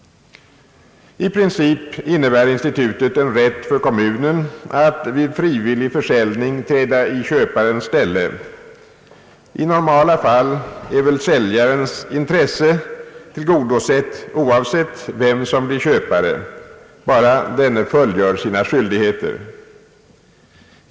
I princip innebär institutet en rätt för kommunen att vid frivillig försäljning träda i köparens ställe. I normala fall är väl säljarens intresse tillgodosett oavsett vem som blir köpare, bara denne fullgör sina skyldigheter.